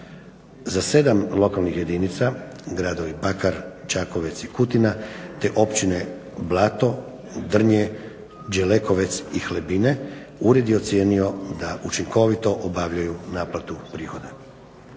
Za 7 lokalnih jedinica gradovi Bakar, Čakovec i Kutina te općine Blato, Drnje, Đelekovec i Hlebine ured je ocijenio da učinkovito obavljaju naplatu prihoda.